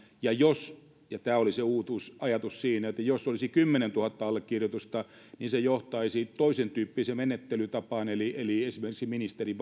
niin jos tämä oli se uutuusajatus siinä olisi kymmenentuhatta allekirjoitusta se johtaisi toisentyyppiseen menettelytapaan eli eli esimerkiksi ministerin